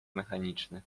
mechaniczne